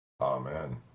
Amen